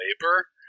labor